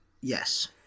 yes